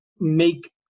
make